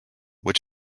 which